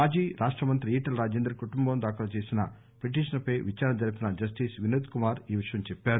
మాజీ రాష్ట్రమంత్రి ఈటెల రాజేందర్ కుటుంబం దాఖలు చేసిన పిటిషన్ పై విదారణ జరిపిన జస్టిస్ వినోద్ కుమార్ ఈ విషయం చెప్పారు